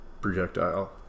projectile